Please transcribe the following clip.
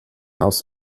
aus